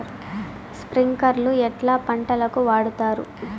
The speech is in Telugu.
స్ప్రింక్లర్లు ఎట్లా పంటలకు వాడుతారు?